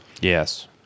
Yes